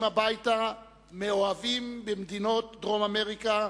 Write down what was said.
הביתה מאוהבים במדינות דרום-אמריקה,